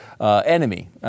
Enemy